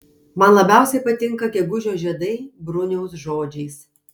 man labiausiai patinka gegužio žiedai bruniaus žodžiais